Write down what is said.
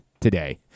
today